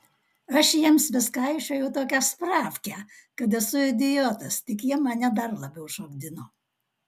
aš jiems vis kaišiojau tokią spravkę kad esu idiotas tik jie mane dar labiau šokdino